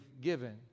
given